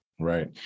Right